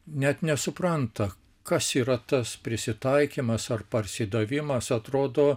net nesupranta kas yra tas prisitaikymas ar parsidavimas atrodo